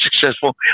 successful